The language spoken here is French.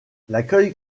l’accueil